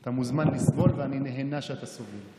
אתה מוזמן לסבול ואני נהנה כשאתה סובל.